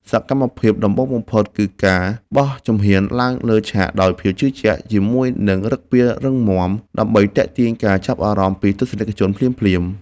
សកម្មភាពដំបូងបំផុតគឺការបោះជំហានឡើងលើឆាកដោយភាពជឿជាក់ ជាមួយនឹងឫកពារឹងមាំ ដើម្បីទាក់ទាញការចាប់អារម្មណ៍ពីទស្សនិកជនភ្លាមៗ។